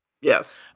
Yes